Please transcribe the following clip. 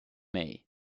may